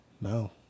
No